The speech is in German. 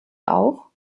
auch